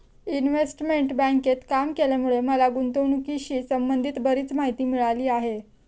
investment बँकेत काम केल्यामुळे मला गुंतवणुकीशी संबंधित बरीच माहिती मिळाली आहे